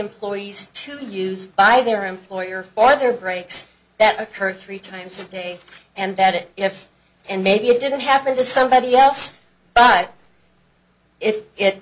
employees to use by their employer for their breaks that occur three times a day and that it if and maybe it didn't happen to somebody else but it if